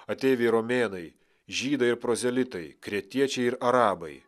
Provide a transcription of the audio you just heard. ateiviai romėnai žydai ir prozelitai kretiečiai ir arabai